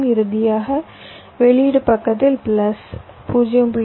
இறுதியாக வெளியீட்டு பக்கத்தில் பிளஸ் 0